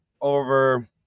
over